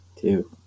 two